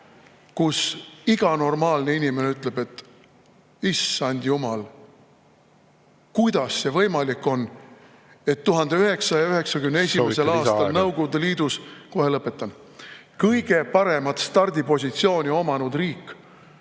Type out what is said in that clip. kus iga normaalne inimene ütleb, et issand jumal, kuidas see võimalik on, et 1991. aastal Nõukogude Liidus … Kas soovite lisaaega? Kohe lõpetan. … kõige paremat stardipositsiooni omanud riik